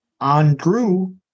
Andrew